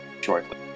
shortly